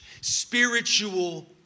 spiritual